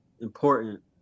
important